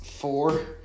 four